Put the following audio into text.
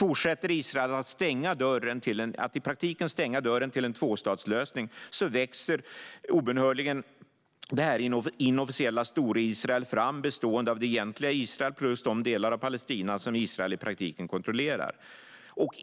Om Israel fortsätter att i praktiken stänga dörren till en tvåstatslösning växer obönhörligen det inofficiella Storisrael fram bestående av det egentliga Israel plus de delar av Palestina som Israel i praktiken kontrollerar.